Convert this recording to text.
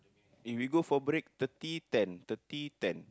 if we go for break thirty ten thirty ten